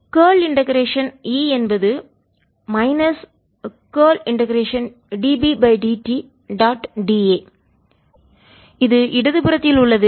curl integration E என்பது minus curl integration dbdt dot d a இது இடது புறத்தில் உள்ளது